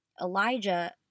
Elijah